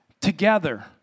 Together